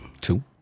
two